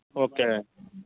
okay